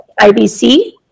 IBC